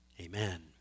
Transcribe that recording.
amen